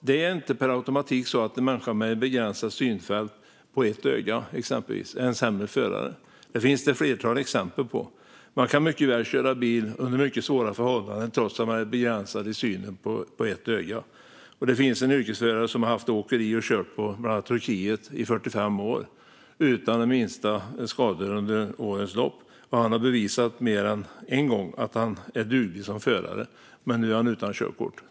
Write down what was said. Det är inte per automatik så att en människa med begränsat synfält på exempelvis ett öga är en sämre förare. Detta finns det ett flertal exempel på. Man kan mycket väl köra bil under mycket svåra förhållanden trots att man har begränsad syn på ett öga. Det finns en yrkesförare som har haft åkeri och kört på bland annat Turkiet i 45 år utan minsta skada under årens lopp. Han har bevisat mer än en gång att han är duglig som förare, men nu är han utan körkort.